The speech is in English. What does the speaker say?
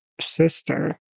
sister